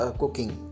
cooking